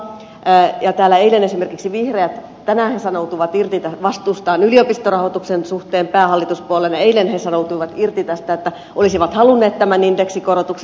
täällä tänään esimerkiksi vihreät sanoutuivat irti vastuustaan yliopistorahoituksen suhteen hallituspuolueena ja eilen he sanoutuivat irti tästä että olisivat halunneet tämän indeksikorotuksen